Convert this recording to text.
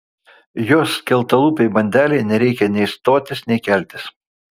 jos skeltalūpei bandelei nereikia nei stotis nei keltis